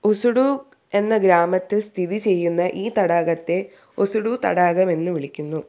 ഒസുഡു എന്ന ഗ്രാമത്തിൽ സ്ഥിതി ചെയ്യുന്ന ഈ തടാകത്തെ ഒസുഡു തടാകം എന്ന് വിളിക്കുന്നു